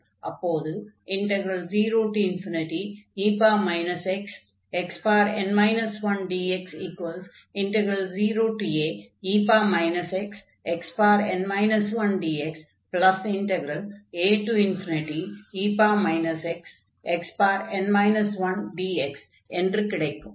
அப்போது 0e xxn 1dx0ae xxn 1dxae xxn 1dx என்று கிடைக்கும்